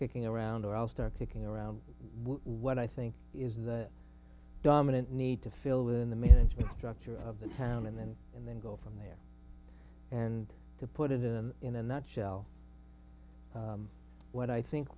kicking around or i'll start kicking around what i think is the dominant need to fill in the management structure of the town and then and then go from there and to put it in in a nutshell what i think